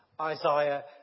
Isaiah